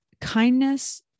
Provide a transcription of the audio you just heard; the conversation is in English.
Kindness